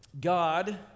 God